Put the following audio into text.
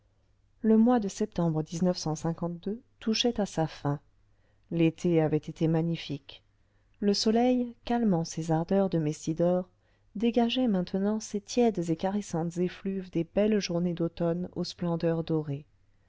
e mois de septembre touchait à sa fin l'été avait été magnifique le soleil calmant ses ardeurs de messidor dégageait maintenant ces tièdes et caressantes effluves des belles journées d'automne aux splendeurs dorées